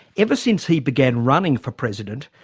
ever since he began running for president,